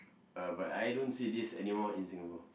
uh but I don't see this anymore in Singapore